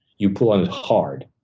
you're pulling hard,